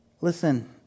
Listen